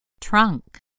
Trunk